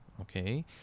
okay